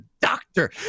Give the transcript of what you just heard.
doctor